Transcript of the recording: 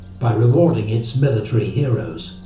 by rewarding its military heroes.